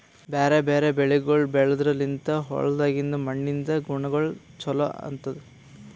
ಬ್ಯಾರೆ ಬ್ಯಾರೆ ಬೆಳಿಗೊಳ್ ಬೆಳೆದ್ರ ಲಿಂತ್ ಹೊಲ್ದಾಗಿಂದ್ ಮಣ್ಣಿನಿಂದ ಗುಣಗೊಳ್ ಚೊಲೋ ಆತ್ತುದ್